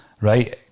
right